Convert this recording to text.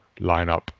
lineup